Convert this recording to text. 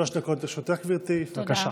שלוש דקות לרשותך, גברתי, בבקשה.